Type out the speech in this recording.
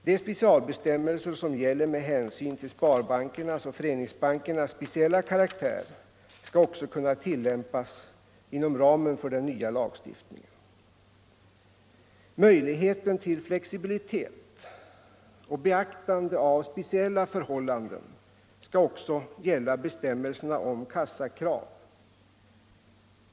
De specialbestämmelser som gäller med hänsyn till sparbankernas och föreningsbankernas speciella karaktär skall också kunna tillämpas inom ramen för den nya lagstiftningen. Möjligheten till flexibilitet och beaktande av speciella förhållanden skall gälla även bestämmelserna om kassakrav.